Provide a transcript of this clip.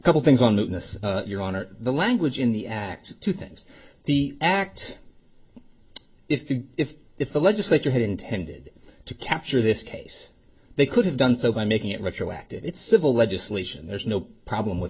couple things on this your honor the language in the act two things the act if if if the legislature had intended to capture this case they could have done so by making it retroactive it's civil legislation there's no problem with